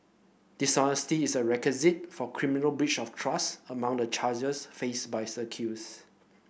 dishonesty is a requisite for criminal breach of trust among the charges faced by the accused